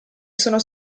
sono